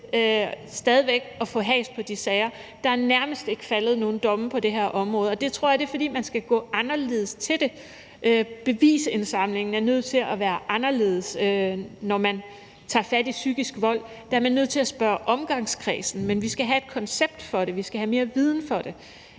sager, der handler om det? Der er nærmest ikke faldet nogen domme på det her område, og det tror jeg er, fordi man skal gå anderledes til det. Bevisindsamlingen er nødt til at være anderledes, når man tager fat i psykisk vold. Der er man nødt til at spørge omgangskredsen, men vi skal have et koncept for det, og vi skal have mere viden om det,